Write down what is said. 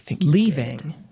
leaving